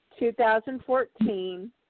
2014